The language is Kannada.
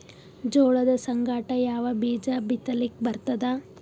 ಜೋಳದ ಸಂಗಾಟ ಯಾವ ಬೀಜಾ ಬಿತಲಿಕ್ಕ ಬರ್ತಾದ?